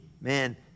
man